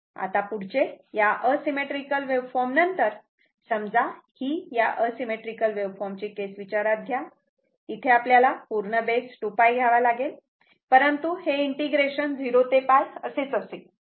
आता पुढचे या असिमेट्रीकल वेव्हफॉर्म नंतर समजा ही या असिमेट्रीकल वेव्हफॉर्म ची केस विचारात घ्या इथे आपल्याला पूर्ण बेस 2π घ्यावा लागेल परंतु हे इंटिग्रेशन 0 ते π असेच असेल